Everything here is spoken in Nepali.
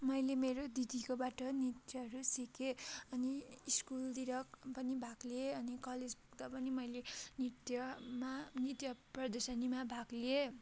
मैले मेरो दिदीकोबाट नृत्यहरू सिकेँ अनि स्कुलतिर पनि भाग लिएँ अनि कलेजतिर पनि मैले नृत्यमा नृत्य प्रदर्शनीमा भाग लिएँ